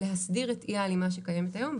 להסדיר את אי-ההלימה שקיימת היום,